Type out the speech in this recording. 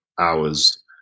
hours